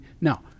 now